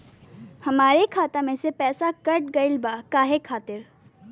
हमरे खाता में से पैसाकट गइल बा काहे खातिर?